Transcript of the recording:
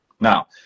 Now